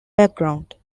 background